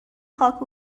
خاک